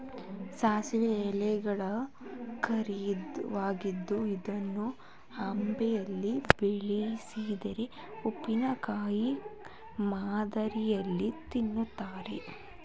ಸಾಸಿವೆ ಎಲೆಗಳು ಕಹಿಯಾಗಿದ್ದು ಇದನ್ನು ಅಬೆಯಲ್ಲಿ ಬೇಯಿಸಿ ಉಪ್ಪಿನಕಾಯಿ ಮಾದರಿಯಲ್ಲಿ ತಿನ್ನುತ್ತಾರೆ